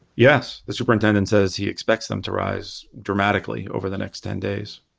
yes. the superintendent says he expects them to rise dramatically over the next ten days.